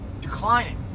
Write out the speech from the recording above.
declining